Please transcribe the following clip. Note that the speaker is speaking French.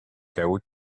chaos